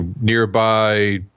nearby